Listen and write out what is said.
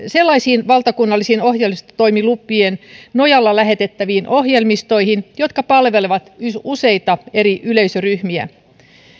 sellaisiin valtakunnallisiin ohjelmistotoimilupien nojalla lähetettäviin ohjelmistoihin jotka palvelevat useita eri yleisöryhmiä